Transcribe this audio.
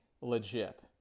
legit